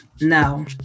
no